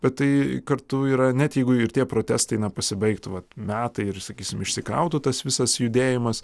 bet tai kartu yra net jeigu ir tie protestai pasibaigtų metai ir sakysim išsikrautų tas visas judėjimas